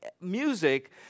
music